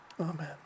amen